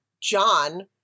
John